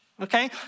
okay